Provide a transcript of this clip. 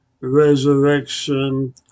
resurrection